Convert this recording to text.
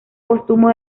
póstumo